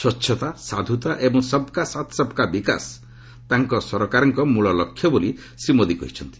ସ୍ୱଚ୍ଚତା ସାଧୁତା ଏବଂ 'ସବ୍କା ସାଥ୍ ସବ୍କା ବିକାଶ' ତାଙ୍କ ସରକାରଙ୍କ ମୂଳ ଲକ୍ଷ୍ୟ ବୋଲି ଶ୍ରୀ ମୋଦି କହିଛନ୍ତି